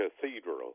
cathedral